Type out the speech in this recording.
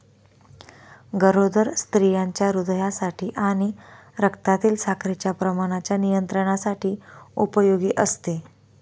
गरोदर स्त्रियांच्या हृदयासाठी आणि रक्तातील साखरेच्या प्रमाणाच्या नियंत्रणासाठी उपयोगी असते